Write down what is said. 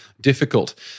difficult